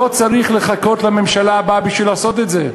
לא צריך לחכות לממשלה הבאה בשביל לעשות את זה.